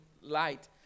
light